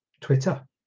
Twitter